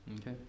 Okay